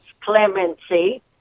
clemency